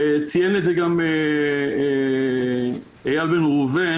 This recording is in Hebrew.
ציין את זה גם איל בן ראובן,